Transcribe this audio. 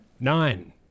Nine